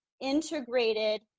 integrated